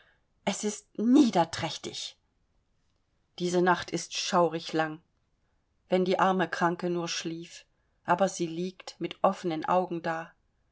es ist niederträchtig diese nacht ist schaurig lang wenn die arme kranke nur schliefe aber sie liegt mit offenen augen da